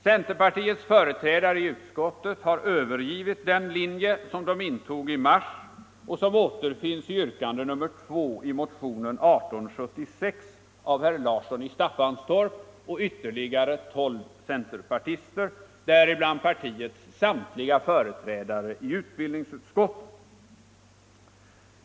Centerpartiets företrädare i utskottet har övergivit den linje som de intog i mars och som återfinns i yrkandet 2 i motionen 1876 av herr Larsson i Staffanstorp och ytterligare tolv centerpartister, däribland partiets samtliga företrädare i utbildningsutskottet.